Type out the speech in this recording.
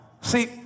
See